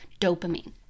dopamine